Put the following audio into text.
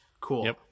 Cool